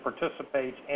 participates